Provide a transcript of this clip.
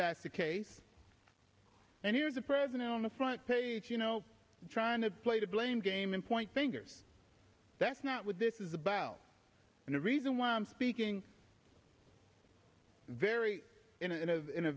that's the case and here's a president on the front page you know trying to play the blame game and point fingers that's not what this is about and the reason why i'm speaking very in a in a